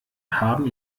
haben